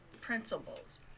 principles